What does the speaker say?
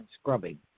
scrubbing